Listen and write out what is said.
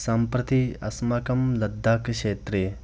सम्प्रति अस्माकं लद्दाकक्षेत्रे